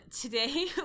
Today